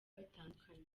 bitandukanye